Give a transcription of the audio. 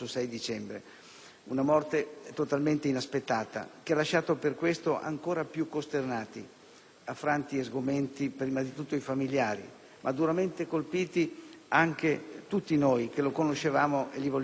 Una morte totalmente inaspettata che ha lasciato per questo ancora più costernati, affranti e sgomenti prima di tutto i familiari, ma duramente colpiti anche tutti noi che lo conoscevamo e gli volevamo bene.